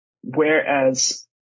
whereas